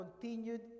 continued